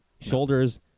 Shoulders